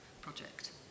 project